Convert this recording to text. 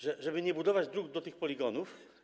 Żeby nie budować dróg do tych poligonów?